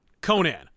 Conan